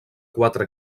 quatre